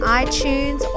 iTunes